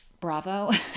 Bravo